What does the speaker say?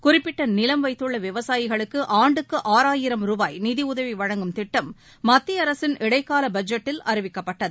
குறிப்பிட்டநிலம் வைத்துள்ளவிவசாயிகளுக்குஆண்டுக்குஆறாயிரம் ரூபாய் நிதிஉதவிவழங்கும் திட்டம் மத்தியஅரசின் இடைக்காலபட்ஜெட்டில் அறிவிக்கப்பட்டது